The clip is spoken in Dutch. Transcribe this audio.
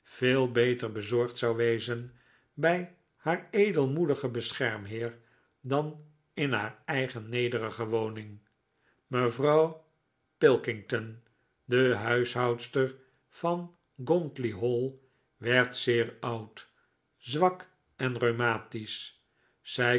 veel beter bezorgd zou wezen bij haar edelmoedigen beschermheer dan in haar eigen nederige woning mevrouw pilkington de huishoudster van gauntly hall werd zeer oud zwak en rheumatisch zij